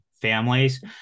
families